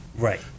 Right